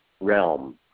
realm